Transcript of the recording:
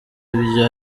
ibyo